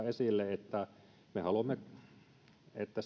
esille sen asian että haluamme että